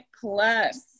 Plus